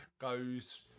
goes